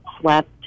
slept